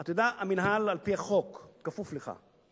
אתה יודע, המינהל, על-פי החוק, כפוף לך,